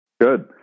Good